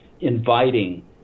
inviting